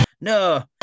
no